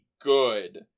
good